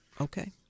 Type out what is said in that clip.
Okay